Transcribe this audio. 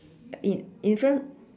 in in front